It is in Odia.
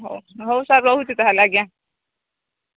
ହଉ ହଉ ସାର୍ ରହୁଛି ତା'ହେଲେ ଆଜ୍ଞା